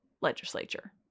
legislature